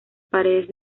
paredes